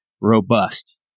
robust